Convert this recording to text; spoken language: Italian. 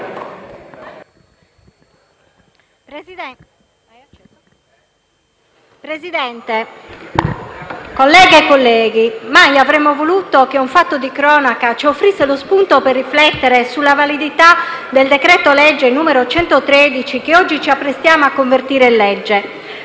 Presidente, colleghe e colleghi, mai avremmo voluto che un fatto di cronaca ci offrisse lo spunto per riflettere sulla validità del decreto-legge n. 113 del 2018, che oggi ci apprestiamo a convertire in legge.